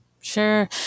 Sure